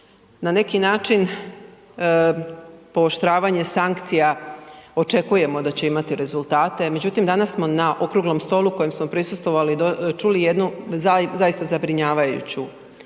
Na neki način pooštravanje sankcija očekujemo da će imati rezultate, međutim danas smo na okruglom stolu kojem smo prisustvovali čuli jednu zaista zabrinjavajuću